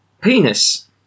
Penis